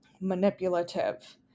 manipulative